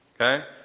Okay